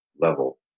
level